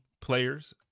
players